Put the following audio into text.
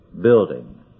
building